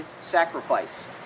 sacrifice